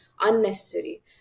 unnecessary